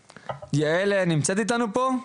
יעל לינדלברג נמצאת איתנו פה?